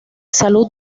salud